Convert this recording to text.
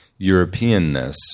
Europeanness